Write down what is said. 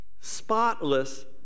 spotless